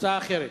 הצעה אחרת.